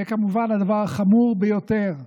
וכמובן הדבר החמור ביותר,